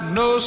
no